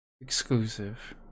Exclusive